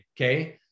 okay